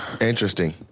Interesting